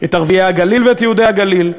את ערביי הגליל ואת יהודי הגליל,